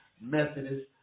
Methodist